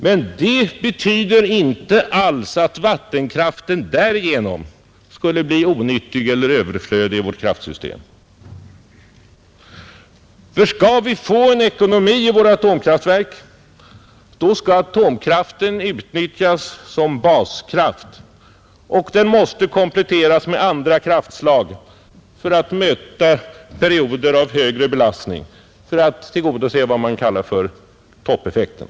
Men det betyder inte alls att vattenkraften därigenom skulle bli onyttig eller överflödig i vårt kraftsystem. Skall vi få en ekonomi i våra atomkraftverk, då måste atomkraften utnyttjas som baskraft, och måste då kompletteras med andra kraftslag för att möta perioder av högre belastning, alltså för att tillgodose vad man kallar toppeffekten.